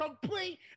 complete